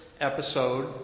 episode